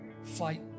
fight